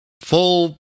full